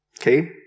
Okay